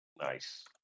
Nice